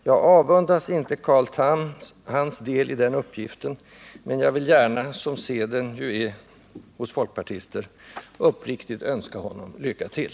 Jag avundas inte Carl Tham hans del i den uppgiften, men jag vill gärna, som seden ju är hos folkpartister, uppriktigt önska honom ”lycka till”.